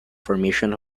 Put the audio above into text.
formation